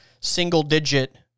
single-digit